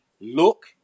look